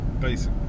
basic